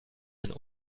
ein